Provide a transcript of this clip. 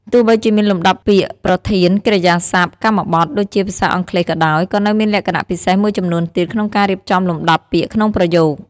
ទោះបីជាមានលំដាប់ពាក្យប្រធាន កិរិយាសព្ទ កម្មបទ ដូចភាសាអង់គ្លេសក៏ដោយ ក៏នៅមានលក្ខណៈពិសេសមួយចំនួនទៀតក្នុងការរៀបចំលំដាប់ពាក្យក្នុងប្រយោគ។